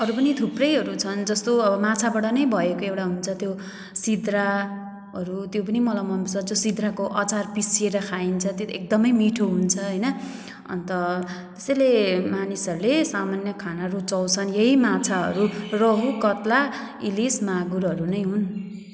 अरू पनि थुप्रैहरू छन् जस्तो अब माछाबाट नै भएको एउटा हुन्छ त्यो सिद्राहरू त्यो पनि मलाई मनपर्छ जो सिद्राको अचार पिसेर खाइन्छ त्यो एकदमै मिठो हुन्छ होइन अन्त त्यसैले मानिसहरूले सामान्य खाना रुचाउँछन् यही माछाहरू रहु कत्ला इलिस मागुरहरू नै हुन्